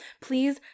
Please